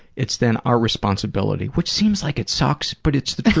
it's then our responsibility, which seems like it sucks but it's the